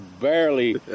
barely